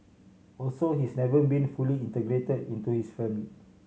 also he's never been fully integrated into his family